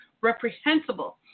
reprehensible